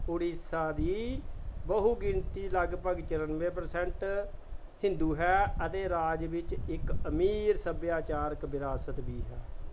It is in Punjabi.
ਓਡੀਸ਼ਾ ਦੀ ਬਹੁਗਿਣਤੀ ਲਗਭਗ ਚੁਰਾਨਵੇਂ ਪਰਸੰਟ ਹਿੰਦੂ ਹੈ ਅਤੇ ਰਾਜ ਵਿੱਚ ਇੱਕ ਅਮੀਰ ਸੱਭਿਆਚਾਰਕ ਵਿਰਾਸਤ ਵੀ ਹੈ